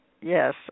Yes